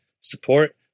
support